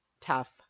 tough